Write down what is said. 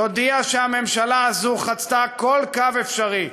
תודיע שהממשלה הזאת חצתה כל קו אפשרי,